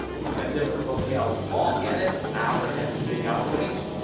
we've had different locales balk at it now they're having big outbreaks